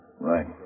Right